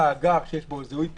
במאגר שיש בו זיהוי פנים,